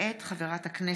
מאת חבר הכנסת